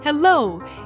Hello